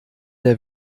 der